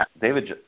David